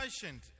patient